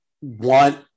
want